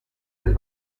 del